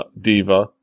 Diva